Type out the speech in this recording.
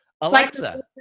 Alexa